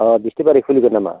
अह बिस्थिबारै खुलिगोन नामा